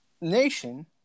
nation